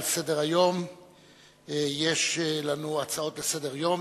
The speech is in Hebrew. על סדר-היום יש לנו הצעות לסדר-היום,